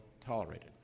tolerated